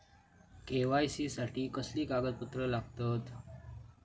KYC साठी कसली कागदपत्र लागतत?